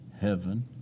heaven